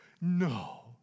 No